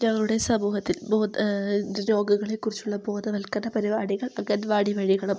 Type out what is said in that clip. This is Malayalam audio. ഞങ്ങളുടെ സമൂഹത്തിൽ രോഗങ്ങളെക്കുറിച്ചുള്ള ബോധവൽക്കരണ പരിപാടികൾ അംഗൻവാടി വഴികളും